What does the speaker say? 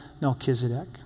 Melchizedek